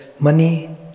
money